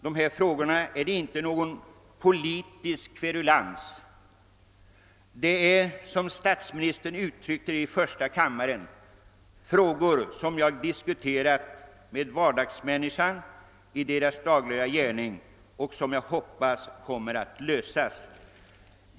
Det är inte för att kverulera som jag har tagit upp dessa frågor; de är viktiga för vardagsmänniskan i hennes dagliga gärning, och jag hoppas att de kommer att lösas.